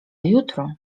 jutro